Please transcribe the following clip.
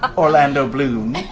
orlando bloom.